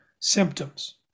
symptoms